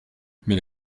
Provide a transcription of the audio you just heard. mais